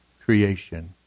creation